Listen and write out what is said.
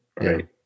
right